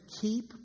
keep